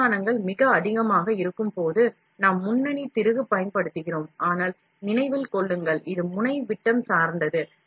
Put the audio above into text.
தீர்மானங்கள் மிக அதிகமாக இருக்கும்போது நாம் முன்னணி திருகு பயன்படுத்துகிறோம் ஆனால் நினைவில் கொள்ளுங்கள் இது முனை விட்டம் சார்ந்தது